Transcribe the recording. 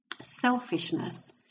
Selfishness